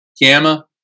Gamma